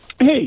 Hey